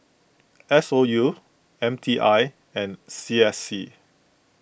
S O U M T I and C S C